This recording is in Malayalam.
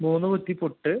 മൂന്ന് കുറ്റി പുട്ട്